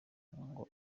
ngo